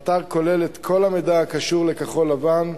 האתר כולל את כל המידע הקשור לכחול-לבן,